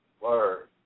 Word